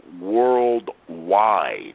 worldwide